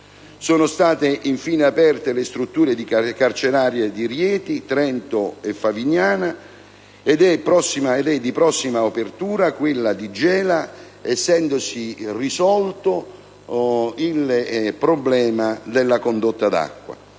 Sono state, infine, aperte le strutture carcerarie di Rieti, Trento e Favignana ed è di prossima apertura quella di Gela, essendosi risolto il problema della condotta d'acqua.